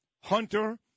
Hunter